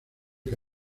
que